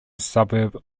suburb